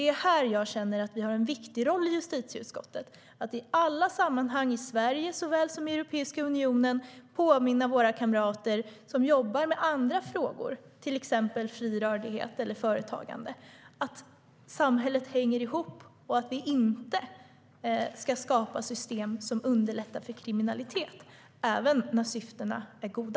Här har vi i justitieutskottet en viktig roll att i alla sammanhang, i Sverige såväl som i Europeiska unionen, påminna våra kamrater som jobbar med andra frågor, till exempel fri rörlighet eller företagande, att samhället hänger ihop och att man inte ska skapa system som underlättar för kriminalitet. Det gäller även när syftena är goda.